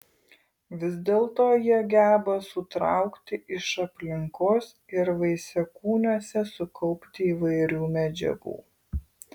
vis dėlto jie geba sutraukti iš aplinkos ir vaisiakūniuose sukaupti įvairių medžiagų